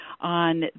on